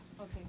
Okay